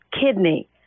kidney